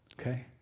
okay